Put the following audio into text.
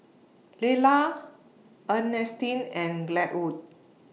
Laylah Earnestine and Glenwood